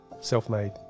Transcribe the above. self-made